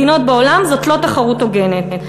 זאת לא תחרות הוגנת.